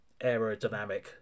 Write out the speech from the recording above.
aerodynamic